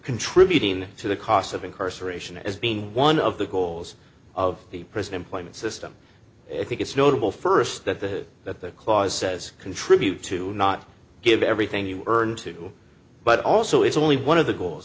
contributing to the costs of incarceration as being one of the goals of the prison employment system i think it's notable first that the that the clause says contribute to not give everything you earn too but also it's only one of the goals